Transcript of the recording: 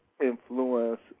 influence